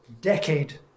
decade